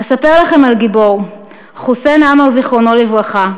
אספר לכם על גיבור, חוסיין עמאר, זיכרונו לברכה,